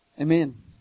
Amen